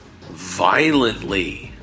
violently